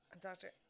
Doctor